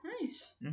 nice